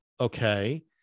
Okay